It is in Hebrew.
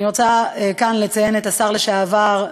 אני רוצה כאן לציין את השר לשעבר,